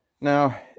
Now